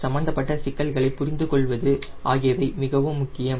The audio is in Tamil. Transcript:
சம்பந்தப்பட்ட சிக்கல்களைப் புரிந்துகொள்வது மிகவும் முக்கியம்